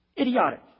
Idiotic